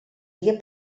dia